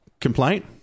complaint